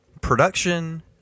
production